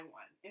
one